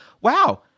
Wow